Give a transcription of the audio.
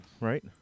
right